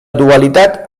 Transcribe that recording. dualitat